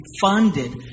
funded